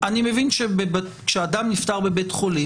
אני מבין כשאדם נפטר בבית חולים,